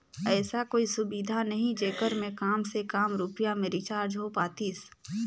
ऐसा कोई सुविधा नहीं जेकर मे काम से काम रुपिया मे रिचार्ज हो पातीस?